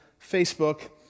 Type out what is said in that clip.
Facebook